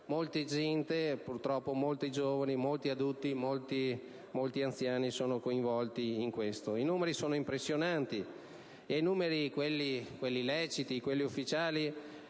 Molta gente, purtroppo molti giovani, molti adulti, molti anziani ne sono coinvolti. I numeri sono impressionanti e ai numeri leciti e ufficiali,